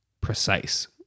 precise